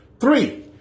Three